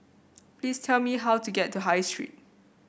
please tell me how to get to High Street